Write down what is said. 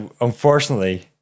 unfortunately